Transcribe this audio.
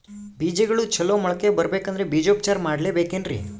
ಬೇಜಗಳು ಚಲೋ ಮೊಳಕೆ ಬರಬೇಕಂದ್ರೆ ಬೇಜೋಪಚಾರ ಮಾಡಲೆಬೇಕೆನ್ರಿ?